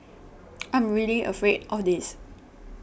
I am really afraid of this